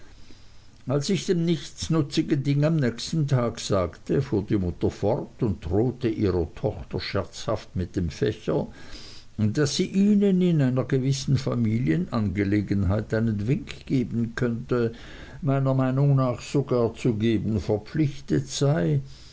als ich dem nichtsnutzigen ding am nächsten tag sagte fuhr die mutter fort und drohte ihrer tochter scherzhaft mit dem fächer daß sie ihnen in einer gewissen familienangelegenheit einen wink geben könnte meiner meinung nach sogar zu geben verpflichtet sei